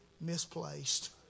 misplaced